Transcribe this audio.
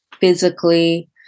physically